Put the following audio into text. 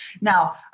Now